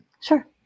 Sure